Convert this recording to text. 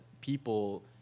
people –